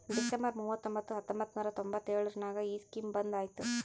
December ಮೂವತೊಂಬತ್ತು ಹತ್ತೊಂಬತ್ತು ನೂರಾ ತೊಂಬತ್ತು ಎಳುರ್ನಾಗ ಈ ಸ್ಕೀಮ್ ಬಂದ್ ಐಯ್ತ